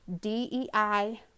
d-e-i